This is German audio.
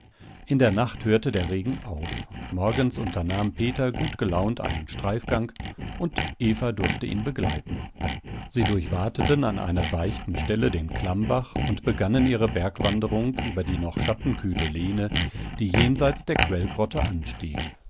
in der nacht hörte der regen auf morgens unternahm peter gutgelaunt einen streifgang und eva durfte ihn begleiten sie durchwateten an einer seichten stelle den klammbach und begannen ihre bergwanderung über die noch schattenkühle lehne die jenseits der quellgrotte anstieg